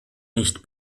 nicht